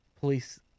police